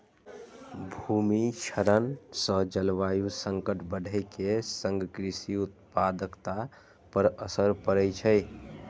भूमि क्षरण सं जलवायु संकट बढ़ै के संग कृषि उत्पादकता पर असर पड़ै छै